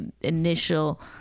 initial